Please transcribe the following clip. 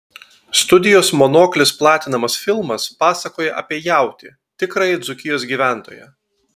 studijos monoklis platinamas filmas pasakoja apie jautį tikrąjį dzūkijos gyventoją